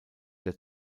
der